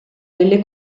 delle